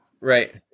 Right